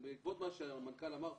בעקבות מה שהמנכ"ל אמר פה,